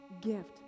gift